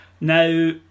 Now